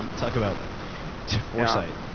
talk about foresight,